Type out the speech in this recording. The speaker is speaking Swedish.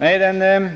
Nej, den